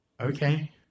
Okay